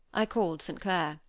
i called st. clair.